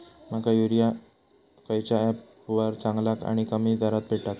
माका युरिया खयच्या ऍपवर चांगला आणि कमी दरात भेटात?